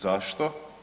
Zašto?